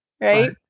Right